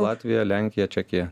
latvija lenkija čekija